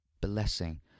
Blessing